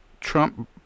Trump